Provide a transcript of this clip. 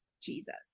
Jesus